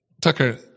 Tucker